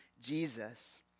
Jesus